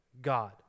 God